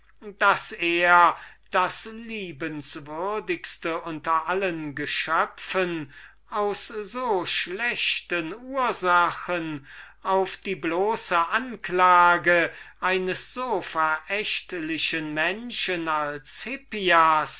daß er das liebenswürdigste unter allen geschöpfen in einem anstoß von schwärmerischem heldentum aus so schlechten ursachen auf die bloße anklage eines so verächtlichen menschen als hippias